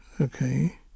Okay